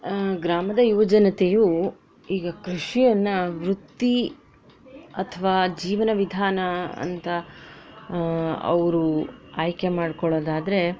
ಗ್ರಾಮದ ಯುವ ಜನತೆಯು ಈಗ ಕೃಷಿಯನ್ನು ವೃತ್ತಿ ಅಥವಾ ಜೀವನ ವಿಧಾನ ಅಂತ ಅವರು ಆಯ್ಕೆ ಮಾಡ್ಕೊಳ್ಳೋದಾದ್ರೆ